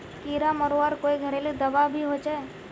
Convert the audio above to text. कीड़ा मरवार कोई घरेलू दाबा भी होचए?